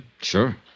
Sure